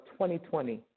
2020